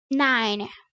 nine